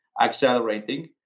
accelerating